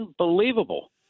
unbelievable